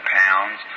pounds